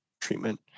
treatment